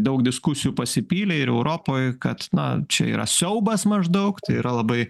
daug diskusijų pasipylė ir europoj kad na čia yra siaubas maždaug tai yra labai